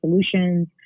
solutions